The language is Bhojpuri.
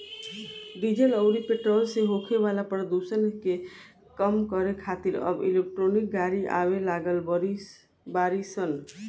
डीजल अउरी पेट्रोल से होखे वाला प्रदुषण के कम करे खातिर अब इलेक्ट्रिक गाड़ी आवे लागल बाड़ी सन